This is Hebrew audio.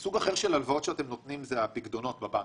סוג אחר של הלוואות שאתם נותנים זה הפיקדונות בבנקים,